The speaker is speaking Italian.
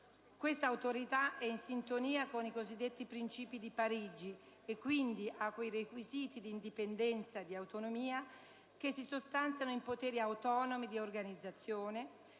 Questa Autorità è in sintonia con i cosiddetti principi di Parigi e quindi ha quei requisiti di indipendenza e di autonomia che si sostanziano in poteri autonomi di organizzazione,